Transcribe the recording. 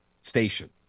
station